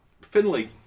Finley